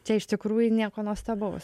čia iš tikrųjų nieko nuostabaus